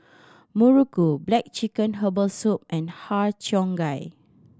Muruku black chicken herbal soup and Har Cheong Gai